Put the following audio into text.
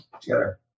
together